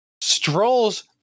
strolls